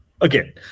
again